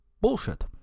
bullshit